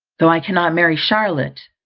though i cannot marry charlotte,